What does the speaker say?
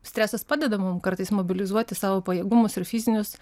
stresas padeda mum kartais mobilizuoti savo pajėgumus ir fizinius